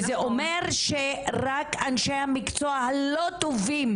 זה אומר שרק אנשי המקצוע הלא טובים,